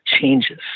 Changes